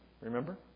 remember